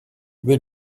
they